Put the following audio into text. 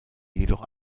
jedoch